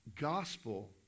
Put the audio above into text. gospel